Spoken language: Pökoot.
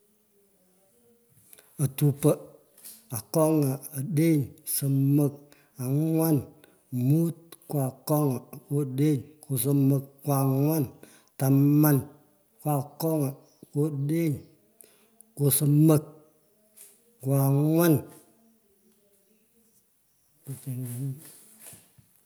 Atupo, anengla, adeny, somon, angwan, mut mut nyo akong'a, nyo adeny, nge somoth, ngo ongwan, taman, ngo akongia, ngo odeny nys somox nge angwan.